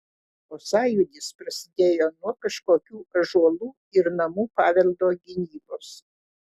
o sąjūdis prasidėjo nuo kažkokių ąžuolų ir namų paveldo gynybos